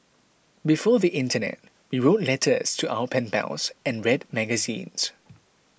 before the internet we wrote letters to our pen pals and read magazines